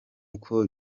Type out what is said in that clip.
uko